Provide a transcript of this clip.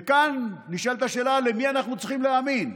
וכאן נשאלת השאלה למי אנחנו צריכים להאמין.